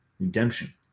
Redemption